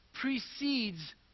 precedes